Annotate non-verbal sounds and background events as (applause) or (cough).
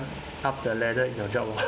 up the ladder in your job lor (laughs)